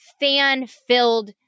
fan-filled